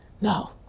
No